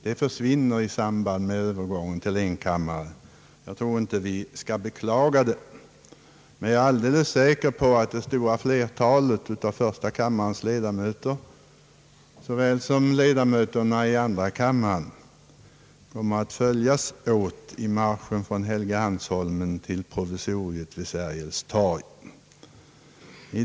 De försvinner vid övergången till enkammarsystem — jag tror inte att vi skall beklaga det. Men jag är säker på att det stora flertalet av första kammarens ledamöter liksom flertalet ledamöter av andra kammaren kommer att följas åt i marschen från Helgeandsholmen till provisoriet vid Sergels torg.